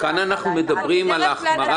כאן אנחנו מדברים על החמרה